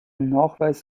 nachweis